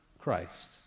Christ